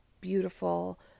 beautiful